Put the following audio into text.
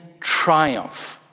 triumph